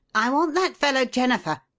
i want that fellow jennifer!